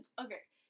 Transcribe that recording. okay